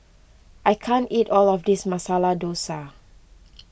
I can't eat all of this Masala Dosa